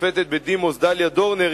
השופטת בדימוס דליה דורנר,